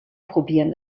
probieren